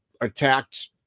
attacked